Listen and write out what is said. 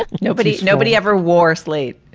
ah nobody nobody ever wore slate